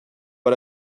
pas